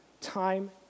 time